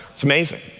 it's amazing.